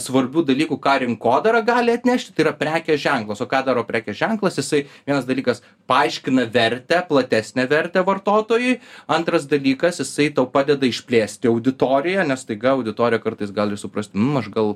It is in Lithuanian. svarbių dalykų ką rinkodara gali atnešti tai yra prekės ženklas o ką daro prekės ženklas jisai vienas dalykas paaiškina vertę platesnę vertę vartotojui antras dalykas jisai tau padeda išplėsti auditoriją nes staiga auditorija kartais gali suprast aš gal